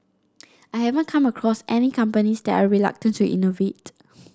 I haven't come across any companies that are reluctant to innovate